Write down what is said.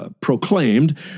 proclaimed